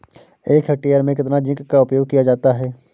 एक हेक्टेयर में कितना जिंक का उपयोग किया जाता है?